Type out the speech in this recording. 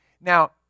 Now